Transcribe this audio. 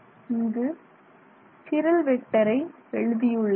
இங்கு சிரல் வெக்டரை எழுதியுள்ளேன்